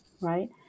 right